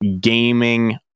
gaming